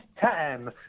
time